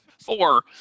four